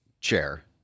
chair